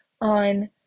on